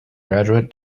graduate